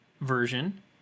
version